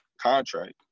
contract